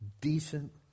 decent